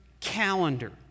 calendar